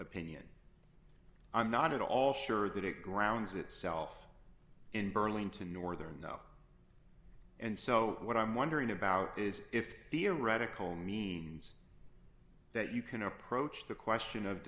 opinion i'm not at all sure that it grounds itself in burlington northern no and so what i'm wondering about is if theoretical means that you can approach the question of